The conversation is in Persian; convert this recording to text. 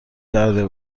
کرده